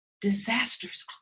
disasters